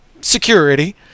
security